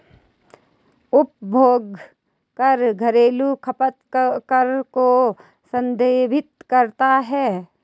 उपभोग कर घरेलू खपत कर को संदर्भित करता है